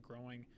growing